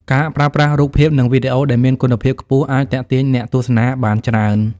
ការប្រើប្រាស់រូបភាព និងវីដេអូដែលមានគុណភាពខ្ពស់អាចទាក់ទាញអ្នកទស្សនាបានច្រើន។